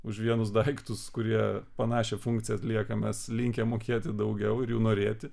už vienus daiktus kurie panašią funkciją atlieka mes linkę mokėti daugiau ir jų norėti